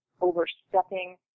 overstepping